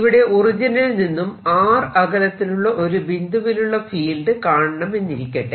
ഇവിടെ ഒറിജിനിൽ നിന്നും r അകലത്തിലുള്ള ഒരു ബിന്ദുവിലുള്ള ഫീൽഡ് കാണണമെന്നിരിക്കട്ടെ